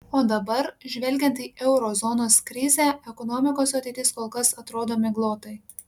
o dabar žvelgiant į euro zonos krizę ekonomikos ateitis kol kas atrodo miglotai